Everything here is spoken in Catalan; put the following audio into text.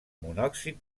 monòxid